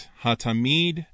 ha'tamid